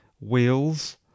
wheels